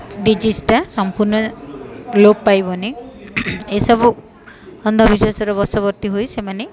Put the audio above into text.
ଡିଜିଜ୍ଟା ସମ୍ପୂର୍ଣ୍ଣ ଲୋପ ପାଇବନି ଏସବୁ ଅନ୍ଧବିଶ୍ୱାସର ବଶବର୍ତ୍ତୀ ହୋଇ ସେମାନେ